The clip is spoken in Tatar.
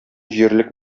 җирлек